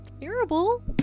Terrible